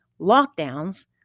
lockdowns